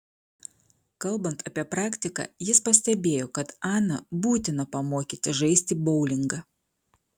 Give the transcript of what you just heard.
kalbant apie praktiką jis pastebėjo kad aną būtina pamokyti žaisti boulingą